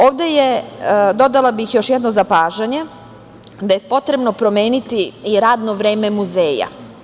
Ovde je, dodala bih još jedno zapažanje, potrebno promeniti i radno vreme muzeja.